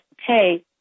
hey